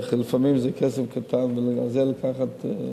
לפעמים זה כסף קטן, ועל זה לקחת,